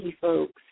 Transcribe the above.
folks